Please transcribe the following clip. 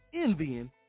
envying